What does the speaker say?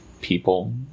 people